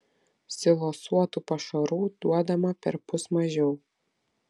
silosuotų pašarų duodama perpus mažiau